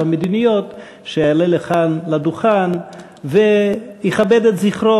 המדיניות שיעלה לכאן לדוכן ויכבד את זכרו,